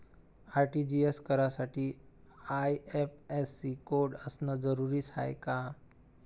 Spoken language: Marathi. आर.टी.जी.एस करासाठी आय.एफ.एस.सी कोड असनं जरुरीच हाय का?